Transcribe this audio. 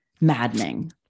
maddening